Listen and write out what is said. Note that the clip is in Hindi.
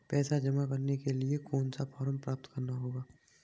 पैसा जमा करने के लिए कौन सा फॉर्म प्राप्त करना होगा?